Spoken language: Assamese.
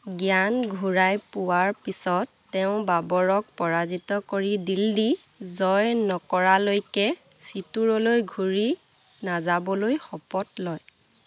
জ্ঞান ঘূৰাই পোৱাৰ পিছত তেওঁ বাবৰক পৰাজিত কৰি দিল্লী জয় নকৰালৈকে চিতোৰলৈ ঘূৰি নাযাবলৈ শপত লয়